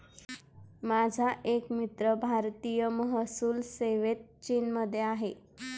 माझा एक मित्र भारतीय महसूल सेवेत चीनमध्ये आहे